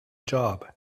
job